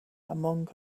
among